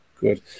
Good